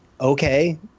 Okay